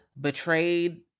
Betrayed